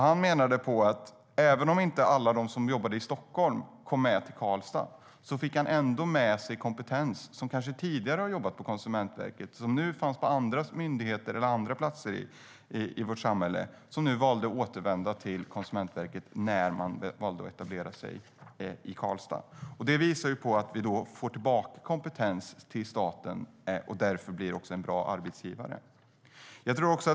Han menade på att även om inte alla de som jobbade i Stockholm kom med till Karlstad fick han ändå med sig kompetens som kanske tidigare hade jobbat på Konsumentverket och fanns på andra myndigheter eller andra platser i vårt samhälle och som valde att återvända till Konsumentverket när man valde att etablera sig i Karlstad. Det visar på att vi får tillbaka kompetens till staten och därför också blir en bra arbetsgivare.